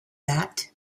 that